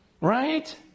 right